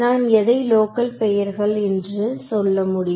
நான் எதை லோக்கல் பெயர்கள் என்று சொல்லமுடியும்